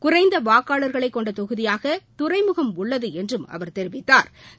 குறைந்த வாக்காளா்களைக் கொண்ட தொகுதியாக துறைமுகம் உள்ளது என்றும் அவர் தெரிவித்தாா்